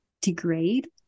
degrade